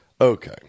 Okay